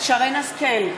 שרן השכל,